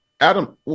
Adam